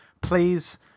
Please